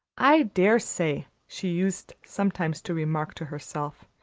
i dare say, she used sometimes to remark to herself,